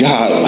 God